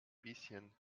bisschen